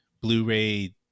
blu-ray